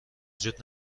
جود